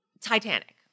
Titanic